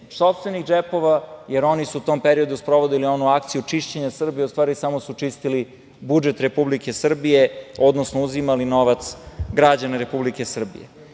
sopstvenih džepova, jer oni su u tom periodu sprovodili onu akciju čišćenja Srbije, a u stvari samo su čistili budžet Republike Srbije, odnosno uzimali novac građana Republike Srbije.U